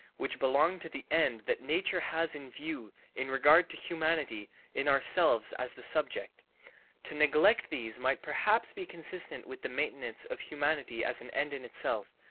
which belong to the end that nature has in view in regard to humanity in ourselves as the subject to neglect these might perhaps be consistent with the maintenance of humanity as an end in itself,